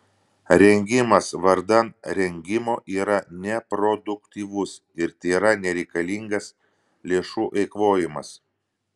rengimas vardan rengimo yra neproduktyvus ir tėra nereikalingas lėšų eikvojimas